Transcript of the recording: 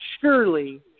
surely